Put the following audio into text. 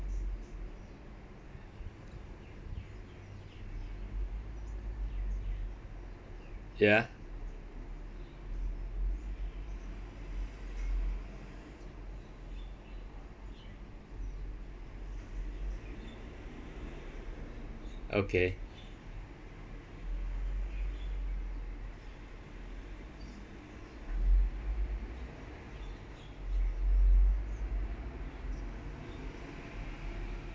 ya okay